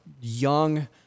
young